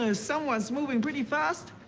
ah someone's moving pretty fast.